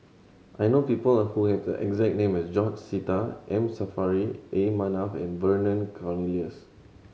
I know people who have the exact name as George Sita M Saffri A Manaf and Vernon Cornelius